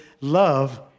love